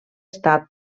sense